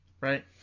right